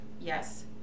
Yes